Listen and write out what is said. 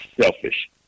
selfish